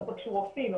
לא פגשו רופאים,